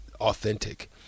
authentic